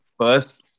first